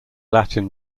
latin